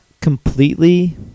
completely